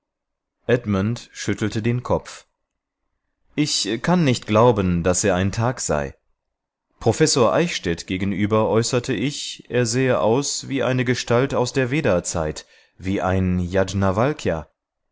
edmund schüttelte den kopf ich kann nicht glauben daß er ein thag sei professor eichstädt gegenüber äußerte ich er sähe aus wie eine gestalt aus der vedazeit wie ein